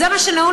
זה מה שנהוג